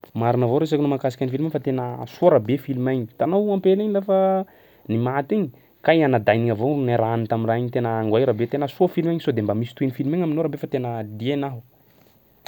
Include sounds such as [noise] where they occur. Marina avao resakanao mahakasika ny filma iny fa tena soa rabe filma igny. Hitanao ampela igny lafa nimaty igny kay gn'anadahiny avao niarahany tam'raha igny tena angoay rabe! Tena soa filma igny sao de mba misy tohin'ny filma igny aminao rabe fa tena liana aho. [noise]